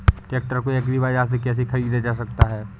Tractor को agri बाजार से कैसे ख़रीदा जा सकता हैं?